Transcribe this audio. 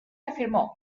afirmó